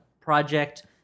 project